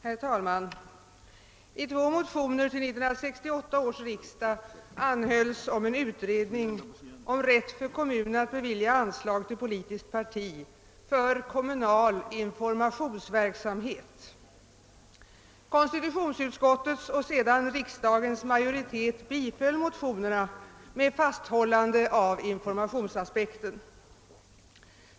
Herr talman! I två motioner till 1968 års riksdag anhölls om en utredning om rätt för kommuner att bevilja an slag till politiskt parti för kommunal informationsverksamhet. Konstitutionsutskottet biträdde och riksdagens majoritet biföll motionerna med fasthållande av informationsaspekten.